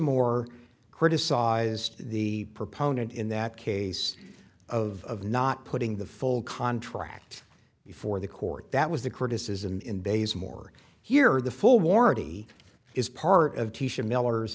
more criticized the proponent in that case of not putting the full contract before the court that was the criticism in bays more here the full warranty is part of he should miller